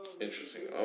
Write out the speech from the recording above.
Interesting